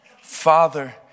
Father